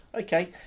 Okay